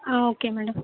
ah okay madam